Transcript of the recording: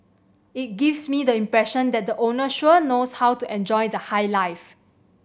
it gives me the impression that the owner sure knows how to enjoy the high life